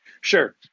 sure